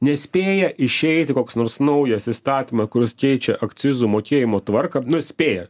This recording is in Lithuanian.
nespėja išeiti koks nors naujas įstatymas kuris keičia akcizų mokėjimo tvarką nu spėja